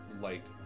light